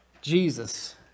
Jesus